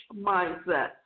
mindset